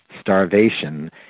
starvation